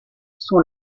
sont